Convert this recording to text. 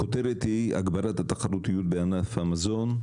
הכותרת היא הגבלת התחרותיות בענף המזון,